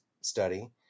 study